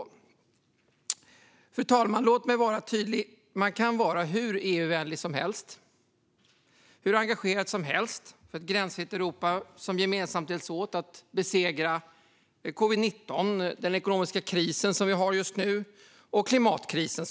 Fru talman! Låt mig vara tydlig. Man kan vara hur EU-vänlig som helst och hur engagerad som helst för ett gränsfritt Europa som gemensamt hjälps åt att besegra covid-19, den ekonomiska kris som vi har just nu och såklart klimatkrisen.